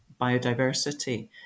biodiversity